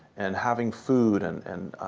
and having food and and